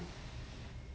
so sad